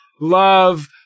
Love